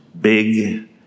Big